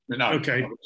Okay